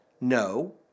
No